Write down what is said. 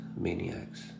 maniacs